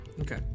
okay